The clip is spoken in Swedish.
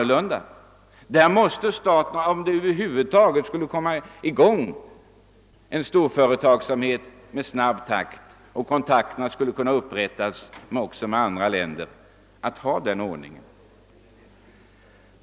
I Italien var man tvungen att ta detta steg för att över huvud taget snabbt komma i gång med en storföretagsamhet och för att kunna upprätta kontakter med andra länder.